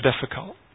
difficult